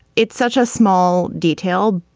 it's such a small detail,